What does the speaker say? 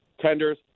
tenders